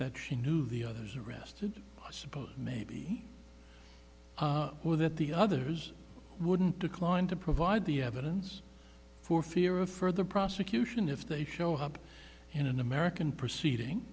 that she knew the others arrested i suppose maybe that the others wouldn't declined to provide the evidence for fear of further prosecution if they show up in an american proceeding